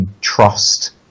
trust